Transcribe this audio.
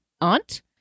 aunt